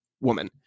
woman